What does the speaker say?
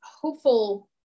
hopeful